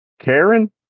Karen